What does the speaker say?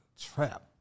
trap